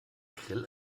grill